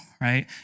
right